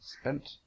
spent